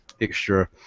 extra